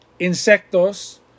insectos